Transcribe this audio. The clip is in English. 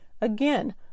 Again